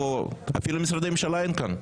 אפילו נציגי משרדי הממשלה לא כאן.